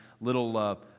little